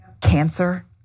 cancer